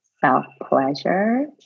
Self-pleasure